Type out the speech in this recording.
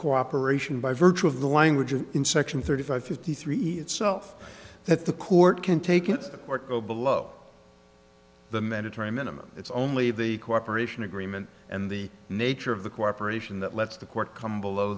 cooperation by virtue of the language and in section thirty five fifty three itself that the court can take it or go below the mandatory minimum it's only the cooperation agreement and the nature of the cooperation that lets the court come below